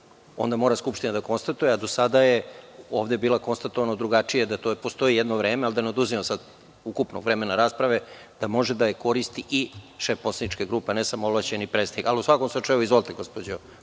onda mora Skupština da konstatuje, a do sada je ovde bilo konstatovano drugačije, postoji jedno vreme, ali da ne oduzimam sad od ukupnog vremena rasprave, da može da ga koristi i šef poslaničke grupe, a ne samo ovlašćeni predstavnik.U svakom slučaju, izvolite, gospođo